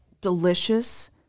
delicious